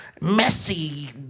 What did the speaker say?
messy